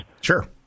Sure